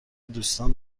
دوستان